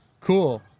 cool